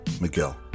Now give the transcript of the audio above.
Miguel